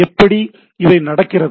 எப்படி இவை நடக்கிறது